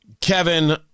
Kevin